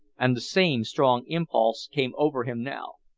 and the same strong impulse came over him now.